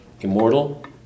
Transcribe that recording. immortal